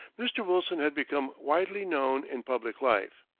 mr. wilson had become widely known in public life.